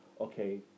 okay